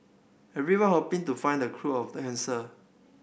everyone hoping to find the cure of the cancer